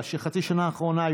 בחצי השנה האחרונה,